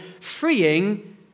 freeing